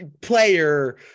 player